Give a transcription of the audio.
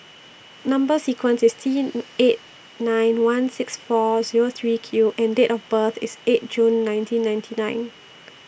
Number sequence IS T eight nine one six four Zero three Q and Date of birth IS eight June nineteen ninety nine